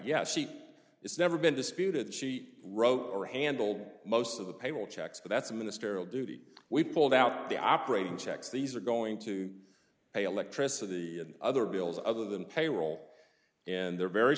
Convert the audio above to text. yes she is never been disputed she wrote or handled most of the payroll checks but that's minister of duty we pulled out of the operating checks these are going to pay electricity and other bills other than payroll and they're very